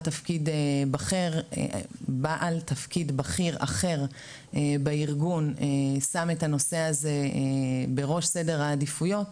תפקיד בכיר אחר בארגון שם את הנושא הזה בראש סדר העדיפויות,